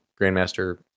Grandmaster